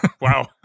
wow